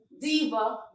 diva